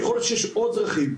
יכול להיות שיש עוד דרכים.